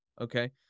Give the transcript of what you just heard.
okay